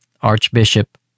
Archbishop